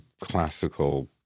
classical